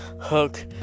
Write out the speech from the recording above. hook